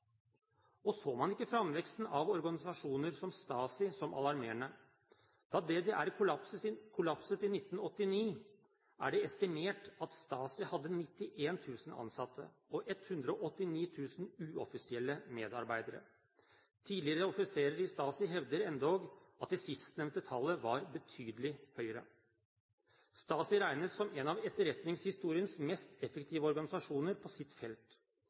Og så man ikke framveksten av organisasjoner som Stasi som alarmerende? Da DDR kollapset i 1989, er det estimert at Stasi hadde 91 000 ansatte og 189 000 uoffisielle medarbeidere. Tidligere offiserer i Stasi hevder endog at det sistnevnte tallet var betydelig høyere. Stasi regnes som en av etterretningshistoriens mest effektive organisasjoner på sitt felt